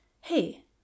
hey